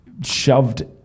shoved